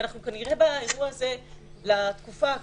ובאירוע הזה לתקופה הקרובה,